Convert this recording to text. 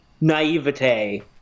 naivete